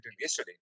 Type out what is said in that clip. yesterday